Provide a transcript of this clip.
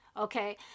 okay